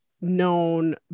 known